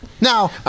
Now